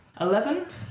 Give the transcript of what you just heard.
Eleven